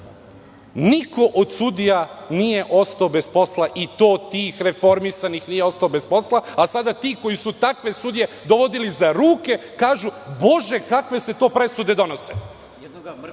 niko od sudija nije ostao bez posla i to tih reformisanih nije ostao bez posla, a sada ti koji su takve sudije dovodili za ruke kažu, bože kakve se to presude donose.